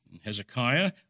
Hezekiah